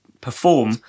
Perform